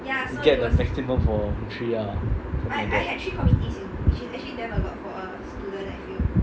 get the maximum for three ah oh my god